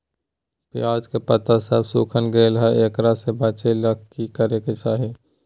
प्याज के पत्ता सब सुखना गेलै हैं, एकरा से बचाबे ले की करेके चाही?